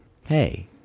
Hey